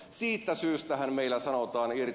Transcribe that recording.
siitä syystähän meillä sanotaan irti